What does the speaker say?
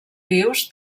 vius